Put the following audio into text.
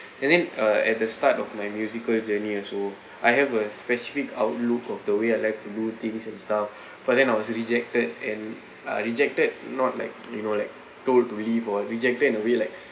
and then uh at the start of my musical journey also I have a specific outlook of the way I like to do things and stuff but then I was rejected and uh rejected not like you know like told to leave or rejected will be like